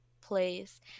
place